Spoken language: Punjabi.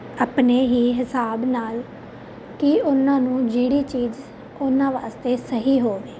ਆਪਣੇ ਹੀ ਹਿਸਾਬ ਨਾਲ ਕਿ ਉਹਨਾਂ ਨੂੰ ਜਿਹੜੀ ਚੀਜ਼ ਉਹਨਾਂ ਵਾਸਤੇ ਸਹੀ ਹੋਵੇ